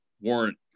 Warrant